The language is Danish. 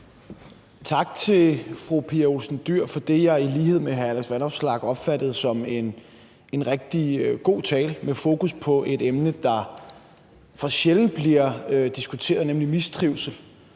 Tak til fru Pia Olsen Dyhr for det, jeg i lighed med hr. Alex Vanopslagh opfattede som en rigtig god tale med fokus på et emne, der for sjældent bliver diskuteret, nemlig mistrivsel